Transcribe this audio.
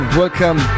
welcome